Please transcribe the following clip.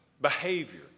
behavior